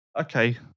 Okay